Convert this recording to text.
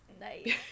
Nice